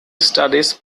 studies